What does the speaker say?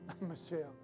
Michelle